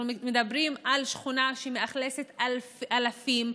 אנחנו מדברים על שכונה שמאוכלסת באלפים,